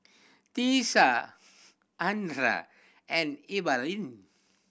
Tiesha Andrea and Evalyn